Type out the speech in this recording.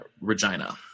Regina